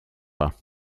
pas